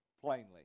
plainly